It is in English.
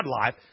life